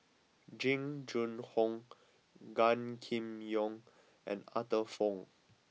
Jing Jun Hong Gan Kim Yong and Arthur Fong